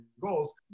goals